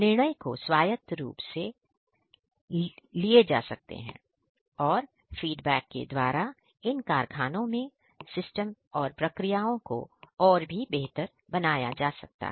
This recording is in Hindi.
निर्णाय को स्वायत्त रूप से लिए जा सकते हैं और फीडबैक के द्वारा इन कारखानों में सिस्टम और प्रक्रिया को बेहतर बनाया जा सकता है